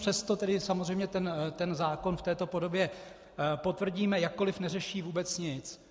Přesto samozřejmě ten zákon v této podobě potvrdíme, jakkoliv neřeší vůbec nic.